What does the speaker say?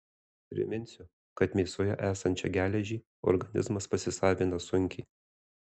priminsiu kad mėsoje esančią geležį organizmas pasisavina sunkiai